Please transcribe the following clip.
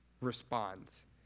responds